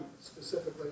specifically